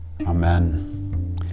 Amen